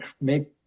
make